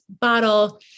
bottle